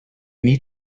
need